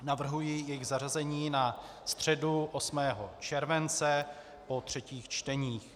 Navrhuji jejich zařazení na středu 8. července po třetích čteních.